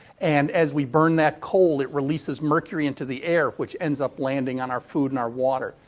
and, as we burn that coal, it releases mercury into the air, which ends up landing on our food and our water.